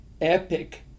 epic